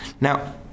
Now